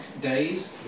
days